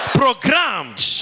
programmed